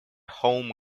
home